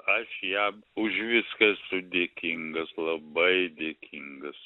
aš jam už viską esu dėkingas labai dėkingas